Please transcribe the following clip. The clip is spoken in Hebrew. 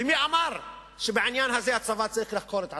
ומי אמר שבעניין הזה הצבא צריך לחקור את עצמו?